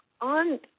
on